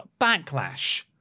Backlash